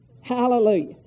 Hallelujah